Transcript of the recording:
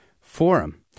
forum